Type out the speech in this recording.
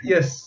Yes